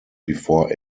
before